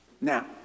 Now